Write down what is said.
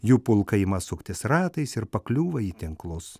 jų pulkai ima suktis ratais ir pakliūva į tinklus